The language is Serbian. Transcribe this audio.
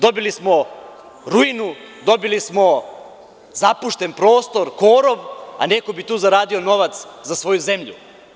Dobili smo ruinu, dobili smo zapušten prostor, korov, a neko bi tu zaradio novac za svoju zemlju.